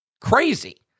crazy